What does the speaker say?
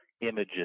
images